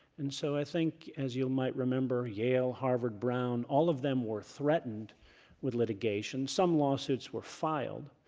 and so i think, as you might remember yale, harvard, brown, all of them were threatened with litigation. some lawsuits were filed.